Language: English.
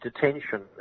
detention